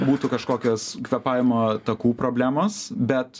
būtų kažkokios kvėpavimo takų problemos bet